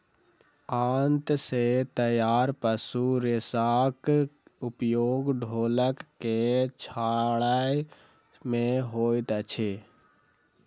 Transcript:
आंत सॅ तैयार पशु रेशाक उपयोग ढोलक के छाड़य मे होइत अछि